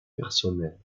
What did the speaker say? personnel